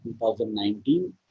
2019